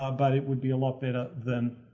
ah but, it would be a lot better than,